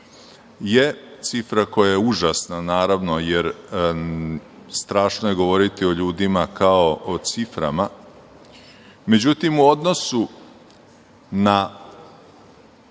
je cifra koja je užasna, naravno, jer strašno je govoriti o ljudima kao o ciframa. Međutim, u odnosu na